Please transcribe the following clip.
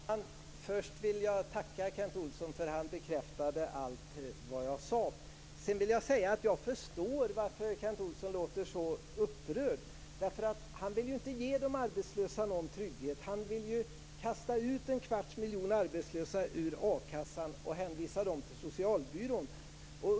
Fru talman! Först vill jag tacka Kent Olsson för att han bekräftade allt jag sade. Sedan vill jag säga att jag förstår varför Kent Olsson låter så upprörd. Han vill inte ge de arbetslösa någon trygghet. Han vill kasta ut en kvarts miljon arbetslösa ur a-kassan och hänvisa dem till socialbyrån.